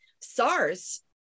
SARS